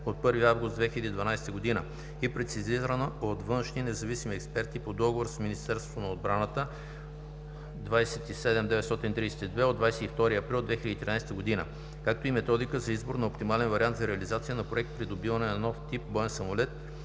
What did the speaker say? от 1 август 2012 г., и прецизирана от външни независими експерти по договор с Министерството на отбраната, № РД-27932, от 22 април 2013 г., както и „Методика за избор на оптимален вариант за реализация на проект „Придобиване на нов тип боен самолет““,